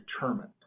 determined